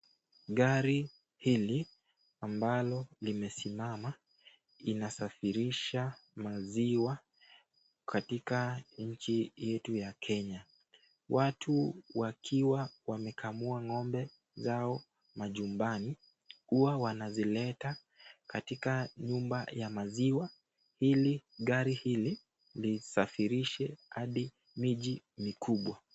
Gari hili amabalo limesimama inasafirisha maziwa katika nchi yetu ya kenya watu wakiwa wamekamua ngombe zao majumbani huwa wanazileta katika nyumba ya maziwa hili gari hili lisafirishe hadi miji mikubwa.